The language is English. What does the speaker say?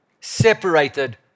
separated